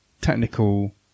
technical